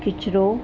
किचिरो